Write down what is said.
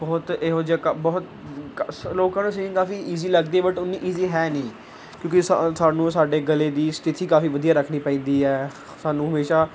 ਬਹੁਤ ਇਹੋ ਜਿਹੇ ਕ ਬਹੁਤ ਲੋਕਾਂ ਨੂੰ ਸਿੰਗਿੰਗ ਕਾਫ਼ੀ ਈਜੀ ਲੱਗਦੀ ਬਟ ਓਨੀ ਈਜੀ ਹੈ ਨਹੀਂ ਕਿਉਂਕਿ ਸ ਸਾਨੂੰ ਸਾਡੇ ਗਲੇ ਦੀ ਸਥਿਤੀ ਕਾਫ਼ੀ ਵਧੀਆ ਰੱਖਣੀ ਪੈਂਦੀ ਹੈ ਸਾਨੂੰ ਹਮੇਸ਼ਾ